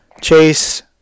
chase